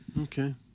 Okay